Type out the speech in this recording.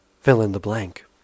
fill-in-the-blank